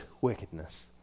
wickedness